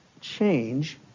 change